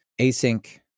async